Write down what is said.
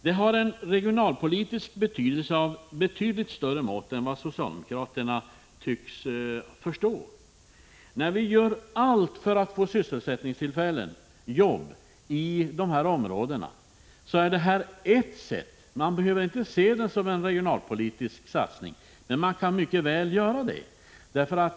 Den regionalpolitiska betydelsen är avsevärt större än vad socialdemokraterna tycks förstå. Vi gör allt för att få sysselsättningstillfällen och jobb i de här områdena, men detta är bara ett sätt. Man behöver inte se detta som en regionalpolitisk satsning, men man kan mycket väl göra det.